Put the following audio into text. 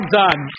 done